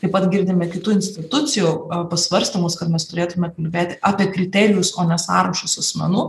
taip pat girdime kitų institucijų pasvarstymus kad mes turėtume kalbėti apie kriterijus o ne sąrašus asmenų